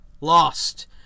Lost